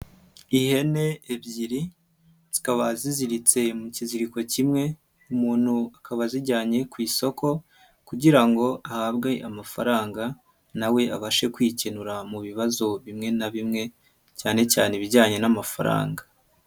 Ihene ebyiri zikaba ziziritse mu kiziriko kimwe umuntu akaba azijyanye ku isoko kugira ngo ahabwe amafaranga, nawe abashe kwikenura mu bibazo bimwe na bimwe cyane cyane ibijyanye n'amafaranga.